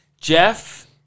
Jeff